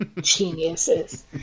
Geniuses